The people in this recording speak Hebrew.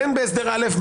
בין בהסדר א',